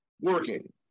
working